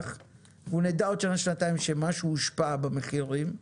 ונדע עוד שנה-שנתיים שמשהו הושפע במחירים.